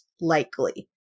likely